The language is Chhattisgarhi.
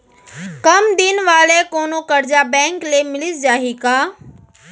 कम दिन वाले कोनो करजा बैंक ले मिलिस जाही का?